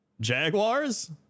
Jaguars